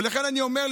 ולכן אני אומר,